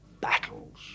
battles